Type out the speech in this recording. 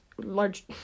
Large